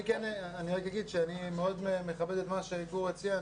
אני כן אגיד שאני מאוד מכבד את מה שגור הציע,